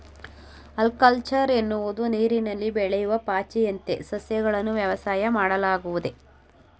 algaculture ಎನ್ನುವುದು ನೀರಿನಲ್ಲಿ ಬೆಳೆಯೂ ಪಾಚಿಯಂತ ಸಸ್ಯಗಳನ್ನು ವ್ಯವಸಾಯ ಮಾಡುವುದಾಗಿದೆ